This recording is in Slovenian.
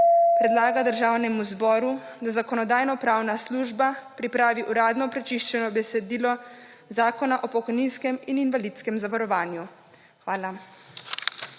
predlaga Državnemu zboru, da Zakonodajno-pravna služba pripravi uradno prečiščeno besedilo Zakona o pokojninskem in invalidskem zavarovanju.« Hvala.